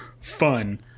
fun